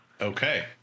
Okay